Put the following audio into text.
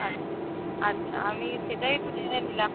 আচ্ছা আচ্ছা আচ্ছা আমি সেটাই একটু জেনে নিলাম